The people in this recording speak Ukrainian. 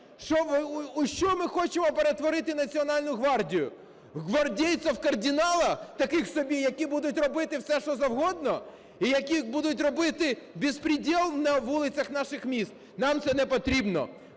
У що ми хочемо перетворити Національну гвардію? В гвардейцев кардинала, таких собі, які будуть робити все що завгодно, в які будуть робити беспредел на вулицях наших міст? Нам це непотрібно.